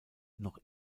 noch